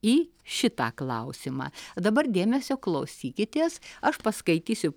į šitą klausimą dabar dėmesio klausykitės aš paskaitysiu